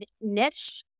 niche